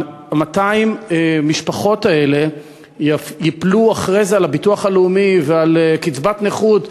200 המשפחות האלה ייפלו אחרי זה על הביטוח הלאומי ועל קצבת נכות,